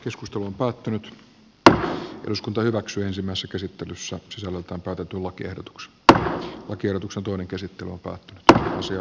joskus tulee vaatteiden eduskunta hyväksyisimmässä käsittelyssä solut on taitettu lakiehdotukset vr oikeutuksen toinen käsittely alkaa tulevia päätöksiä